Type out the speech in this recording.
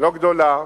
לא גדולה,